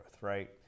right